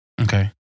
Okay